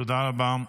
תודה רבה.